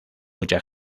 mucha